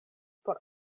por